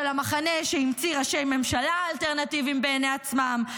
המחנה שהמציא ראשי ממשלה אלטרנטיביים בעיני עצמם,